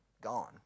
gone